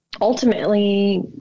ultimately